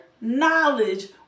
knowledge